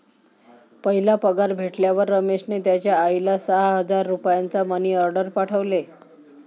पहिला पगार भेटल्यावर रमेशने त्याचा आईला सहा हजार रुपयांचा मनी ओर्डेर पाठवले